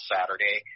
Saturday